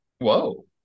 Whoa